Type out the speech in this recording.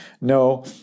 No